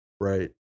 Right